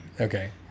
Okay